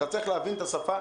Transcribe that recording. אתה צריך להבין את השפה.